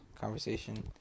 conversation